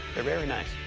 they're very nice.